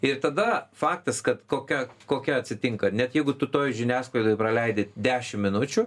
ir tada faktas kad kokia kokia atsitinka net jeigu tu toj žiniasklaidoj praleidi dešim minučių